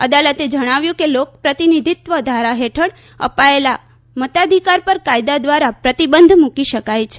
અદાલતે જણાવ્યું કે લોકપ્રતિનિધિત્વ ધારા હેઠળ અપાયેલ મતાધિકાર પર કાયદા દ્વારા પ્રતિબંધ મૂકી શકાય છે